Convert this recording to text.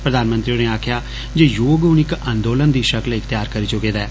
प्रधानमंत्री होरें आक्खेआ जे योग हुन इक्क आंदोलन दी षक्ल इख्तियार करी चुके दा ऐ